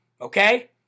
Okay